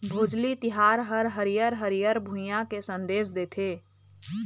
भोजली तिहार ह हरियर हरियर भुइंया के संदेस देथे